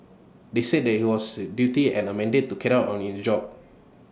they said that he was A duty and A mandate to carry on in the job